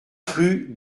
rue